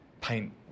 paint